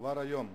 "כבר היום,